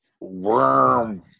worm